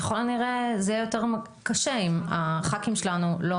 ככל הנראה זה יהיה יותר קשה, אם הח"כים שלנו לא